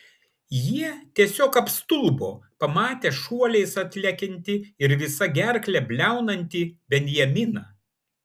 jie tiesiog apstulbo pamatę šuoliais atlekiantį ir visa gerkle bliaunantį benjaminą